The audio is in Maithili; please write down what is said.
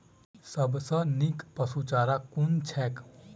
सबसँ नीक पशुचारा कुन छैक?